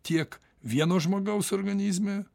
tiek vieno žmogaus organizme